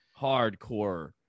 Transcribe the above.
hardcore